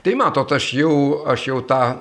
tai matot aš jau aš jau tą